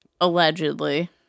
allegedly